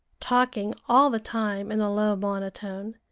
talking all the time in a low monotone,